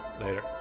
Later